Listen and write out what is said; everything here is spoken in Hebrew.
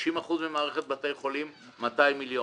50 אחוזים ממערכת בתי החולים 200 מיליון.